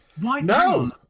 No